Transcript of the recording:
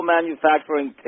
Manufacturing